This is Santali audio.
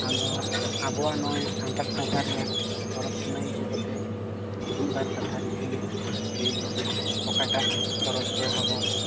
ᱟᱫᱚ ᱟᱵᱚᱣᱟᱜ ᱱᱚᱜᱼᱚᱭ ᱥᱟᱱᱛᱟᱲ ᱥᱟᱶᱛᱟ ᱨᱮᱱᱟᱜ ᱯᱚᱨᱚᱵᱽ ᱯᱩᱱᱟᱹᱭ ᱤᱫᱤ ᱠᱟᱛᱮ ᱢᱤᱫᱵᱟᱨ ᱠᱟᱛᱷᱟ ᱡᱚᱫᱤᱢ ᱞᱟᱹᱭᱟᱹᱧ ᱠᱮᱭᱟ ᱚᱠᱟᱴᱟᱜ ᱯᱚᱨᱚᱵᱽ ᱫᱚ ᱟᱵᱚ